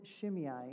Shimei